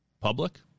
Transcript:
public